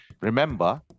remember